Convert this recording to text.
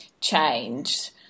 change